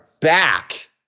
back